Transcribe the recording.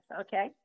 okay